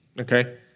okay